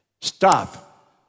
Stop